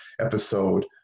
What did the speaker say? episode